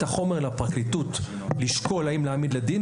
החומר לפרקליטות לשקול האם להעמיד לדין,